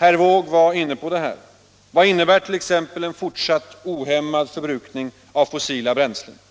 Herr Wååg var inne på detta. Vad innebär t.ex. en fortsatt ohämmad förbrukning av fossila bränslen —